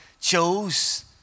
chose